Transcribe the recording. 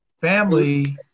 family